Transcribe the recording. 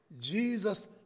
Jesus